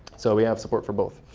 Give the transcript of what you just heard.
so we have support for both.